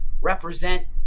represent